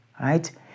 right